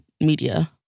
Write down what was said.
media